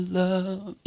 love